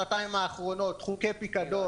שנתיים האחרונות חוקי פיקדון,